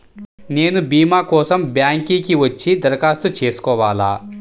నేను భీమా కోసం బ్యాంక్కి వచ్చి దరఖాస్తు చేసుకోవాలా?